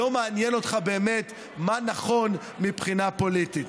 לא מעניין אותך באמת מה נכון מבחינה פוליטית.